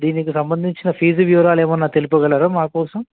దీనికి సంబంధించిన ఫీజు వివరాాల ఏమన్నా తెలుపుగలరా మా కోసం